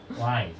why